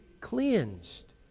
cleansed